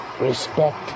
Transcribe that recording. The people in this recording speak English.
respect